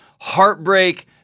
heartbreak